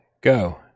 go